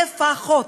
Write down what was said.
לפחות.